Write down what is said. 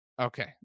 Okay